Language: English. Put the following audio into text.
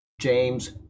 James